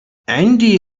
عندي